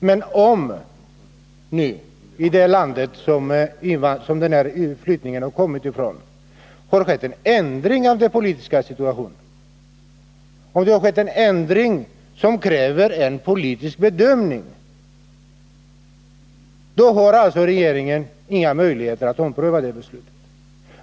Men om det i det land varifrån flyktingen kommit har skett en ändring av den politiska situationen som kräver en politisk bedömning, har alltså regeringen inga möjligheter att ompröva beslutet.